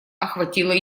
охватило